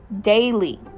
Daily